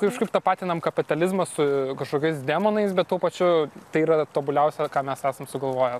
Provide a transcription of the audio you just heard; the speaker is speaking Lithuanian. kažkaip tapatinam kapitalizmą su kažkokiais demonais bet tuo pačiu tai yra tobuliausia ką mes esam sugalvoję